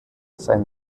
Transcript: sein